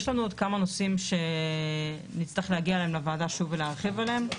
יש לנו עוד כמה נושאים שנצטרך להגיע אתם לוועדה שוב ולהרחיב עליהם: